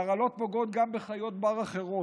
ההרעלות פוגעות גם בחיות בר אחרות.